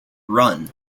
run